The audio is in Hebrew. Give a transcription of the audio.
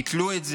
ביטלו את זה.